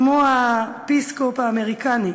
כמו ה-Peace Corps האמריקני,